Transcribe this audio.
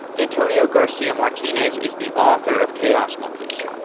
antonio garcia martinez is the author of chaos monkeys.